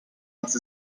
was